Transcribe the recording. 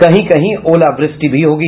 कहीं कहीं ओलावृष्टि भी होगी